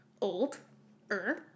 old-er